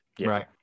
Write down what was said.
Right